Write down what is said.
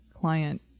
client